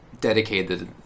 dedicated